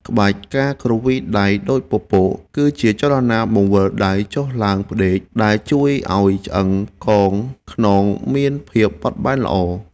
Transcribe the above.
ក្បាច់ ការគ្រវីដៃដូចពពក គឺជាចលនាបង្វិលដៃចុះឡើងផ្ដេក ដែលជួយឱ្យឆ្អឹងកងខ្នងមានភាពបត់បែនល្អ។